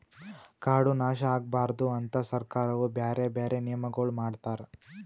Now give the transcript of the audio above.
ಕಾಡು ನಾಶ ಆಗಬಾರದು ಅಂತ್ ಸರ್ಕಾರವು ಬ್ಯಾರೆ ಬ್ಯಾರೆ ನಿಯಮಗೊಳ್ ಮಾಡ್ಯಾರ್